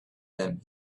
them